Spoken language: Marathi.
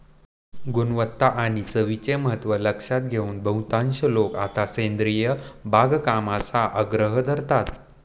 गुणवत्ता आणि चवीचे महत्त्व लक्षात घेऊन बहुतांश लोक आता सेंद्रिय बागकामाचा आग्रह धरतात